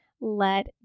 Let